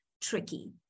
tricky